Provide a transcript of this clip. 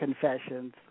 confessions